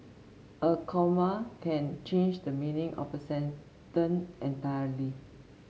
a comma can change the meaning of a sentence entirely